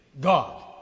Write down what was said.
God